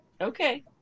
Okay